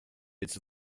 its